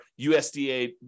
USDA